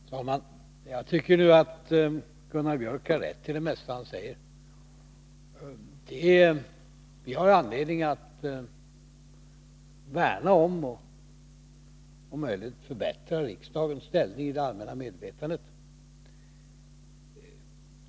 Herr talman! Jag tycker nu att Gunnar Biörck i Värmdö har rätt i det mesta av vad han säger. Vi har anledning att värna om — och om möjligt förbättra — riksdagens ställning i det allmänna medvetandet.